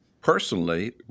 personally